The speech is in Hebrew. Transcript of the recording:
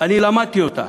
אני למדתי אותה,